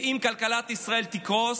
ואם כלכלת ישראל תקרוס,